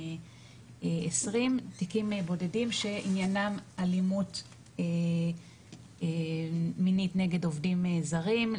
תיקים בודדים שעניינם אלימות מינית נגד עובדים זרים,